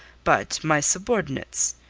but my subordinates.